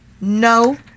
no